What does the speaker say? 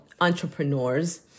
entrepreneurs